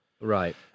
Right